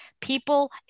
People